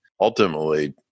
ultimately